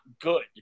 good